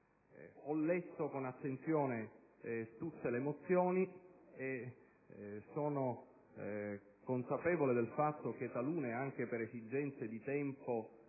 Ho letto con attenzione tutte le proposte di risoluzione e sono consapevole del fatto che talune, anche per esigenze di tempo,